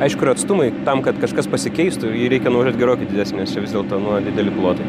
aišku ir atstumai tam kad kažkas pasikeistų jei reikia nuvažiuot gerokai didesnis čia vis dėl to nuo dideli plotai